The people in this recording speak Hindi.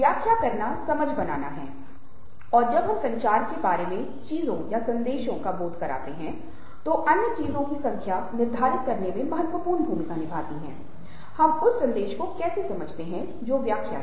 व्याख्या करना समझ बनाना है और जब हम संचार के संदर्भ में चीजों या संदेशों का बोध कराते हैं तो अन्य चीजों की संख्या निर्धारित करने में महत्वपूर्ण भूमिका निभाती है हम उस संदेश को कैसे समझते हैं जो व्याख्या है